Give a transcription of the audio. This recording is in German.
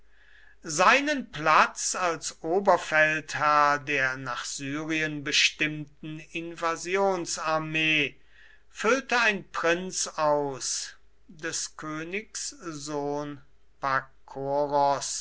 seinen platz als oberfeldherr der nach syrien bestimmten invasionsarmee füllte ein prinz aus des königs sohn